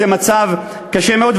זה מצב קשה מאוד.